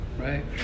right